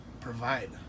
provide